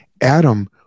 Adam